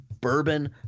bourbon